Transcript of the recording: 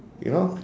you know